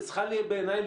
בעיניי,